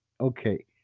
Okay